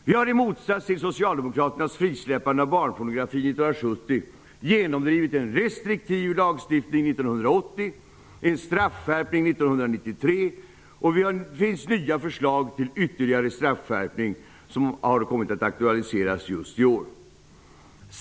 Vi har i motsats till socialdemokraternas frisläppande av barnpornografi 1970 genomdrivit en restriktiv lagstiftning 1980, en straffskärpning 1993 och det finns nya förslag till ytterligare straffskärpning som har kommit att aktualiseras just i år.